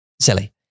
silly